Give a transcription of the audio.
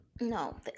No